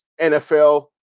NFL